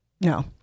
no